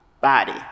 body